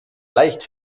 leicht